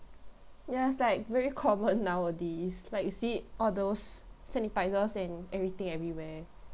yes like very common nowadays like you see all those sanitisers and everything everywhere